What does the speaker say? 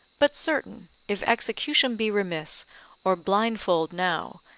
but certain, if execution be remiss or blindfold now,